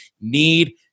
need